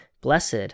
Blessed